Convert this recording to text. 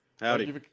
howdy